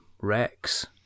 Rex